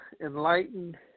enlightened